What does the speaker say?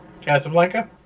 Casablanca